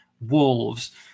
Wolves